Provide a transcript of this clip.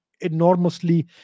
enormously